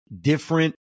different